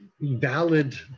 valid